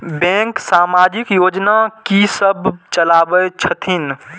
Bank समाजिक योजना की सब चलावै छथिन?